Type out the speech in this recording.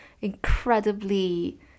incredibly